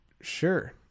Sure